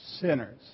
sinners